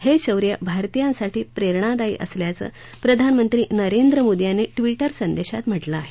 हे शौर्य भारतीयांसाठी प्रेरणादायी असल्याचं प्रधानमंत्री नरेंद्र मोदी यांनी ट्विटर संदेशात म्हटलं आहे